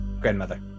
Grandmother